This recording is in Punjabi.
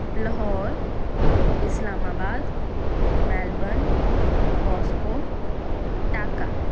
Lahore Islamabad Melbourne Moscow Dhaka